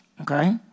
okay